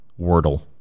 Wordle